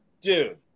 Dude